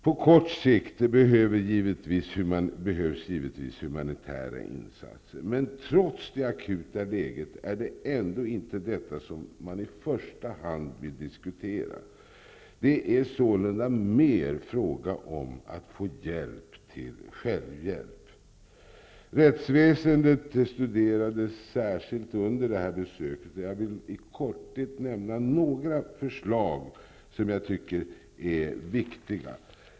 På kort sikt behövs givetvis humanitära insatser, men trots det akuta läget är det ändå inte detta man i första hand vill diskutera. Det är sålunda mer fråga om att få hjälp till självhjälp. Rättsväsendet studerades särskilt under besöket, och jag vill i korthet nämna några förslag som jag tycker är viktiga.